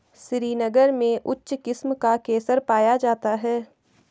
श्रीनगर में उच्च किस्म का केसर पाया जाता है